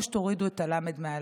או שתורידו את הלמ"ד מהמח"ל.